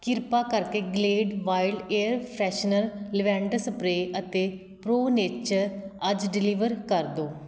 ਕਿਰਪਾ ਕਰਕੇ Glade wild air freshener lavender spray ਅਤੇ ਪ੍ਰੋ ਨੇਚਰ ਅੱਜ ਡਿਲੀਵਰ ਕਰ ਦਿਓ